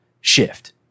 shift